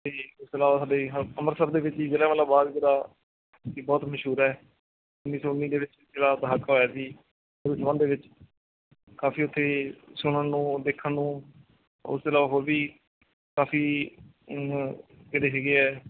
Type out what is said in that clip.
ਅਤੇ ਇਸ ਤੋਂ ਇਲਾਵਾ ਸਾਡੇ ਅੰਮ੍ਰਿਤਸਰ ਦੇ ਵਿੱਚ ਜ਼ਿਲ੍ਹਿਆਂ ਵਾਲਾ ਬਾਗ ਜਿਹੜਾ ਕਿ ਬਹੁਤ ਮਸ਼ਹੂਰ ਹੈ ਉੱਨੀ ਸੌ ਉੱਨੀ ਦੇ ਵਿੱਚ ਜਿਹੜਾ ਦਹਾਕਾ ਹੋਇਆ ਸੀ ਉਹਦੇ ਸੰਬੰਧ ਦੇ ਵਿੱਚ ਕਾਫੀ ਉੱਥੇ ਸੁਣਨ ਨੂੰ ਦੇਖਣ ਨੂੰ ਉਸ ਤੋਂ ਇਲਾਵਾ ਹੋਰ ਵੀ ਕਾਫੀ ਜਿਹੜੇ ਹੈਗੇ ਹੈ